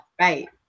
right